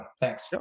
thanks